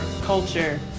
Culture